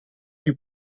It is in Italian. più